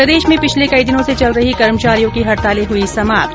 प्रदेश में पिछले कई दिनों से चल रही कर्मचारियों की हड़तालें हुई समाप्त